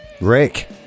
Rick